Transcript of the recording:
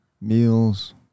meals